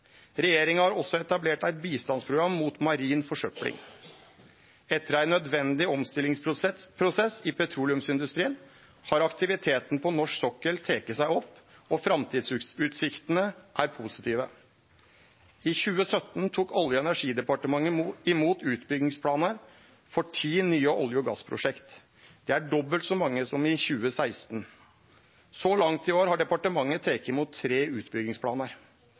Regjeringa har også etablert eit bistandsprogram mot marin forsøpling. Etter ein nødvendig omstillingsprosess i petroleumsindustrien har aktiviteten på norsk sokkel teke seg opp, og framtidsutsiktene er positive. I 2017 tok Olje- og energidepartementet imot utbyggingsplanar for ti nye olje- og gassprosjekt. Det er dobbelt så mange som i 2016. Så langt i år har departementet teke imot tre utbyggingsplanar.